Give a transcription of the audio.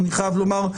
אני חייב לומר,